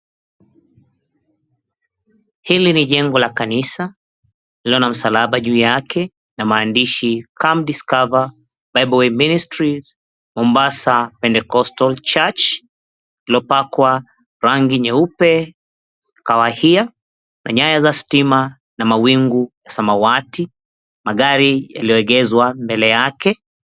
Hili ni jengo la kanisa linalo na msalaba juu yake na maandishi, "COME DISCOVER BIBLE WITH MINISTRIES MOMBASA PENTECOSTAL CHURCH," lililopakwa rangi nyeupe, kahawia na nyaya za stima na mawingu samawati, magari yaliyoegezwa kando yake.